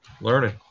Learning